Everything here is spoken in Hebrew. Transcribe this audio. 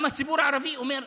גם הציבור הערבי אומר: